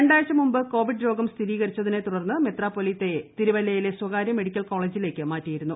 രണ്ടാഴ്ച മുമ്പ് കോവിഡ് രോഗം സ്ഥിരീകരിച്ചതിനെ തുടർന്ന് മെത്രാപ്പൊലീത്തായെ തിരുവല്ലയിലെ സ്വകാര്യ മെഡിക്കൽ കോളേജിലേക്ക് മാറ്റിയിരുന്നു